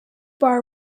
bar